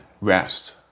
rest